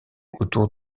autour